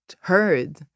heard